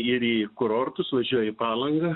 ir į kurortus važiuoja į palangą